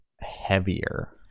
heavier